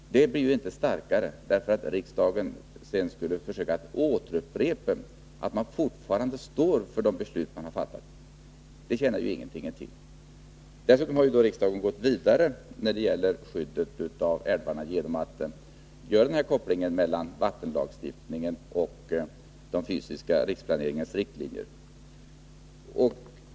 Det blir inte starkare, om riksdagen sedan skulle upprepa att man fortfarande står för de beslut man har fattat; det tjänar ju ingenting till. Dessutom har riksdagen gått vidare när det gäller skyddet av älvarna genom att göra kopplingen mellan vattenlagstiftningen och den fysiska riksplaneringens riktlinjer.